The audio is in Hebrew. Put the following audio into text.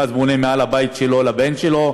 ואז הוא בונה מעל הבית שלו לבן שלו,